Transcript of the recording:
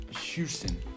Houston